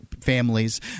families